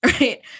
Right